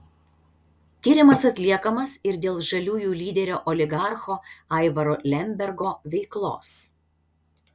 tyrimas atliekamas ir dėl žaliųjų lyderio oligarcho aivaro lembergo veiklos